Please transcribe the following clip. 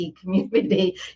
community